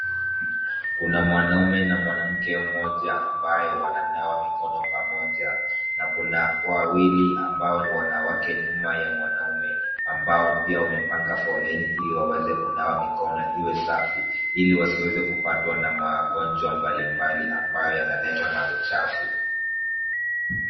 Kuna mwanaume na mwanamke mmoja ambaye wananawa mikono pamoja na kuna wawili ambao ni wanawake nyuma ya mwanaume, ambao pia wamepanga foleni ili waweze kunawa mikono iwe safi, ili wasiweze kupatwa na magonjwa mbalimbali ambayo yanaletwa na uchafu.